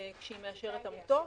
כשהיא מאשרת עמותות,